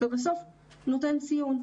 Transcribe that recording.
ובסוף על פי זה הוא נותן ציון.